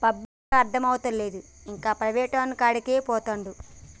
పబ్లిక్కు ఇంకా అర్థమైతలేదు, ఇంకా ప్రైవేటోనికాడికే పోతండు